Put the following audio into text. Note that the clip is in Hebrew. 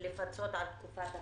לפצות על תקופת הקורונה.